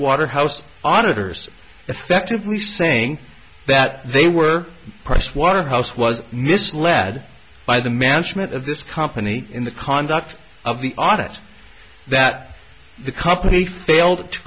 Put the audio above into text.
waterhouse auditors effectively saying that they were pricewaterhouse was misled by the management of this company in the conduct of the audit that the company failed to